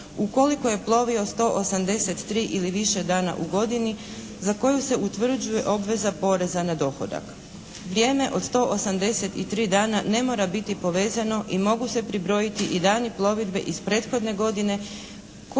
ukoliko je plovio 183 ili više dana u godini za koju se utvrđuje obveza poreza na dohodak. Vrijeme od 183 dana ne mora biti povezano i mogu se pribrojiti i dani plovidbe iz prethodne godine koje kao